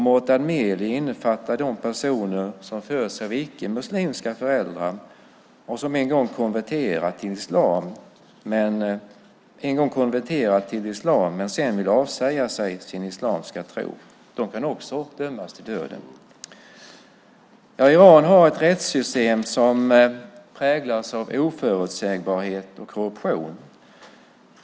Mortad Meli innefattar de personer som föds av icke muslimska föräldrar och som en gång konverterat till islam men sedan vill avsäga sig sin muslimska tro. De kan också dömas till döden. Iran har ett rättssystem som präglas av oförutsägbarhet och korruption.